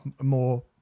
more